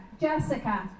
Jessica